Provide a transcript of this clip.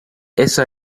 esa